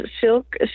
silk